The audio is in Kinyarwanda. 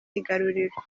igaruriro